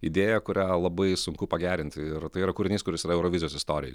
idėja kurią labai sunku pagerint ir tai yra kūrinys kuris yra eurovizijos istorijoj